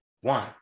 one